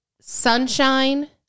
sunshine